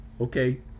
okay